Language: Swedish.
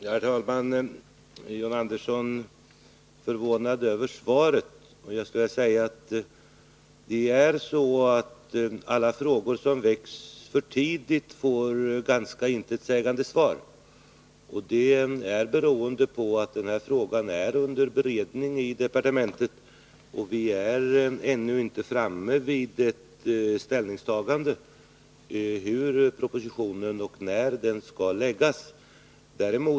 Herr talman! John Andersson är förvånad över svaret. Men det är så att alla frågor som väcks för tidigt får ganska intetsägande svar. Att så sker t.ex. idetta fall är beroende på att frågan är under beredning och att vi ännu inte är framme vid ett ställningstagande till hur propositionen skall se ut och när den skall läggas fram.